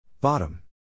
Bottom